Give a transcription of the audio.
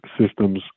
systems